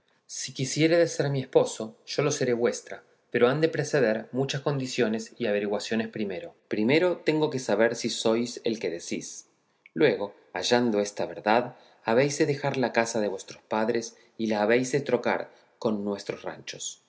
si quisiéredes ser mi esposo yo lo seré vuestra pero han de preceder muchas condiciones y averiguaciones primero primero tengo de saber si sois el que decís luego hallando esta verdad habéis de dejar la casa de vuestros padres y la habéis de trocar con nuestros ranchos